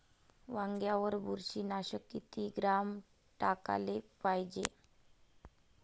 वांग्यावर बुरशी नाशक किती ग्राम टाकाले पायजे?